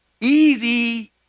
Easy